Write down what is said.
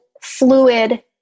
fluid